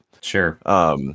Sure